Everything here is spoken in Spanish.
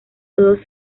todos